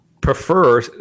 prefer